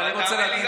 אבל תאמין לי,